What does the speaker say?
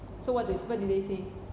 so what do what do they say